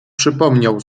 przypomniał